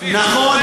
נכון,